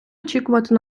очікувати